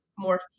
More